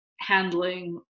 handling